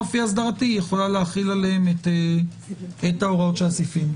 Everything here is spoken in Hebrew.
היא יכולה להחיל עליהם את הוראות הסעיפים.